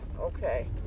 okay